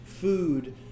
food